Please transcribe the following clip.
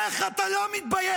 איך אתה לא מתבייש?